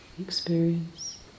experience